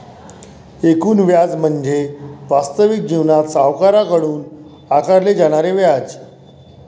एकूण व्याज म्हणजे वास्तविक जीवनात सावकाराकडून आकारले जाणारे व्याज